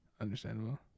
Understandable